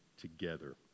together